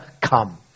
come